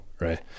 right